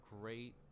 great